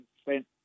spent